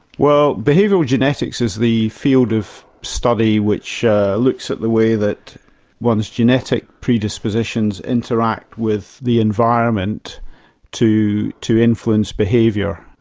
well behavioural genetics is the field of study which looks at the way that one's genetic predispositions interact with the environment to to influence behaviour.